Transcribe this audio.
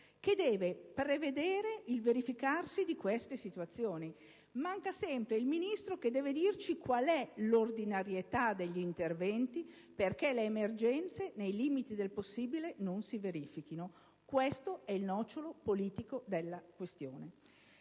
che deve prevedere il verificarsi di queste situazioni. Manca sempre il Ministro, che deve dirci qual è l'ordinarietà degli interventi affinché le emergenze, nei limiti del possibile, non si verifichino. Questo è il nocciolo politico della questione.